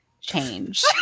change